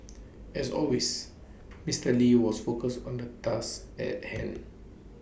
as always Mister lee was focused on the task at hand